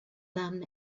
them